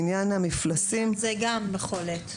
גם כאן "בעת עת".